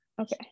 okay